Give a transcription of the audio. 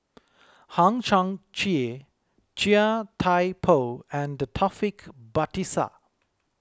Hang Chang Chieh Chia Thye Poh and Taufik Batisah